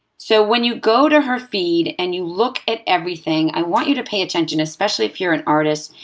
so when you go to her feed and you look at everything, i want you to pay attention, especially if you're an artist,